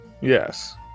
Yes